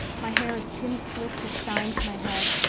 my hair is pin slick with shine to my head,